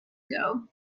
ago